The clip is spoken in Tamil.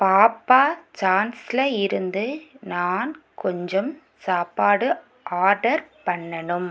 பாப்பா ஜான்ஸில் இருந்து நான் கொஞ்சம் சாப்பாடு ஆர்டர் பண்ணணும்